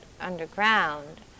underground